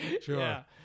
Sure